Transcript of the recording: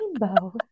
rainbow